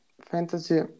fantasy